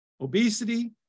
Obesity